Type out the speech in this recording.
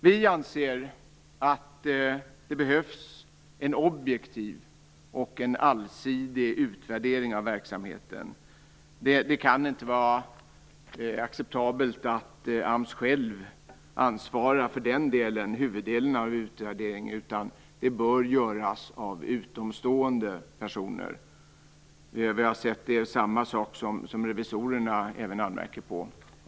Vi anser att det behövs en objektiv och allsidig utvärdering av verksamheten. Det är inte acceptabelt att AMS själv ansvarar för huvuddelen av utvärderingen, utan den bör göras av utomstående personer. Detta anmärker även revisorerna på.